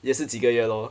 也是几个月 lor